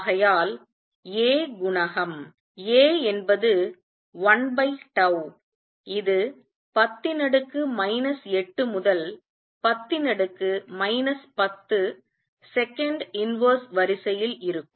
ஆகையால் A குணகம் A என்பது 1τ இது10 8 முதல் 10 10 second inverse வரிசையில் இருக்கும்